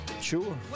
Sure